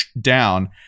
down